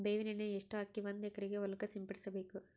ಬೇವಿನ ಎಣ್ಣೆ ಎಷ್ಟು ಹಾಕಿ ಒಂದ ಎಕರೆಗೆ ಹೊಳಕ್ಕ ಸಿಂಪಡಸಬೇಕು?